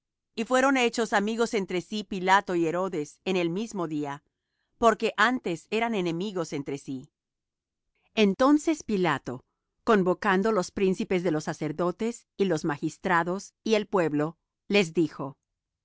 y fueron hechos amigos entre sí pilato y herodes en el mismo día porque antes eran enemigos entre sí entonces pilato convocando los príncipes de los sacerdotes y los magistrados y el pueblo les dijo